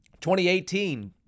2018